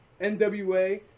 NWA